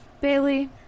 Bailey